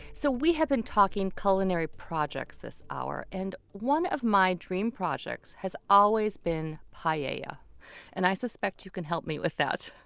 so we have been talking culinary projects this hour. and one of my dream projects has always been paella. i suspect ah and i suspect you can help me with that